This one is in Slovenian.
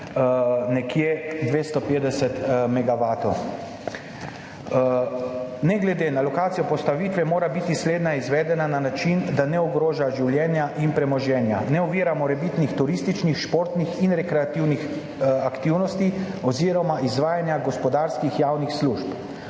nekje 250 megavatov. Ne glede na lokacijo postavitve mora biti slednja izvedena na način, da ne ogroža življenja in premoženja, ne ovira morebitnih turističnih, športnih in rekreativnih aktivnosti oziroma izvajanja gospodarskih javnih služb,